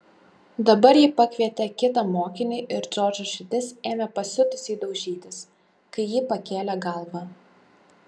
dabar ji pakvietė kitą mokinį ir džordžo širdis ėmė pasiutusiai daužytis kai ji pakėlė galvą